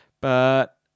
but-